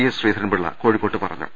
S Sreedharan Pillai കോഴിക്കോട്ട് പറ ഞ്ഞു